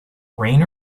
rain